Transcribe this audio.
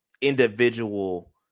individual